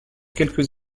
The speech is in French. quelques